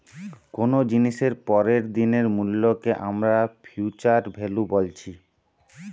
কুনো জিনিসের পরের দিনের মূল্যকে আমরা ফিউচার ভ্যালু বলছি